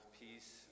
peace